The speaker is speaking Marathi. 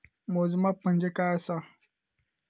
मोजमाप म्हणजे काय असा?